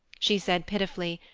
she said pitifully,